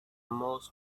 most